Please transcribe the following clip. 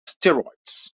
steroids